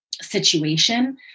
situation